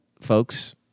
folks